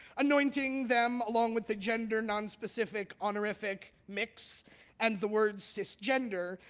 anointing them, along with the gender nonspecific honorific mx and the word cisgender,